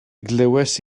glywais